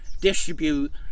distribute